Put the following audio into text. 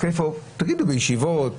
תגידו בישיבות צפופות,